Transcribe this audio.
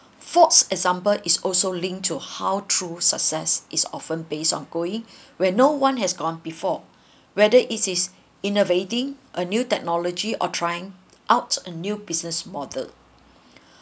fourth example is also linked to how true success is often based on going where no one has gone before whether it is innovating a new technology or trying out a new business model